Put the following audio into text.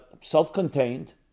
self-contained